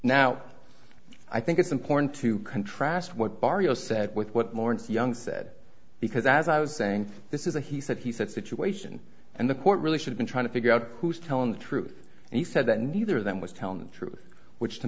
now i think it's important to contrast what barrios said with what moore and young said because as i was saying this is a he said he said situation and the court really should be trying to figure out who's telling the truth and he said that neither of them was telling the truth which to